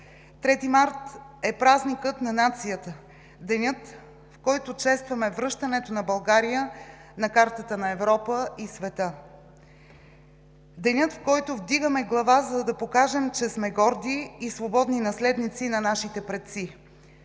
март е празникът на нацията – денят, в който честваме връщането на България на картата на Европа и света. Денят, в който вдигаме глава, за да покажем, че сме горди и свободни наследници на нашите предци.